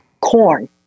corn